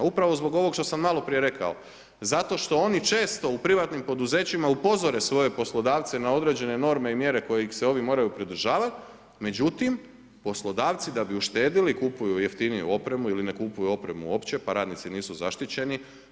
Upravo zbog ovog što sam malo prije rekao, zato što oni često u privatnim poduzećima upozore svoje poslodavce na određene norme i mjere kojih se ovi moraju pridržavat, međutim, poslodavci da bi uštedili kupuju jeftiniju opremu ili ne kupuju opremu uopće pa radnici nisu zaštićeni.